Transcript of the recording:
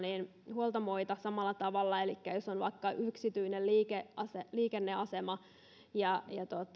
huoltamoita samalla tavalla elikkä jos on vaikka yksityinen liikenneasema liikenneasema ja